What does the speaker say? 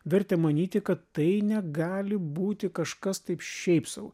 vertė manyti kad tai negali būti kažkas taip šiaip sau